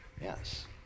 Yes